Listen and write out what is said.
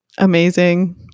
Amazing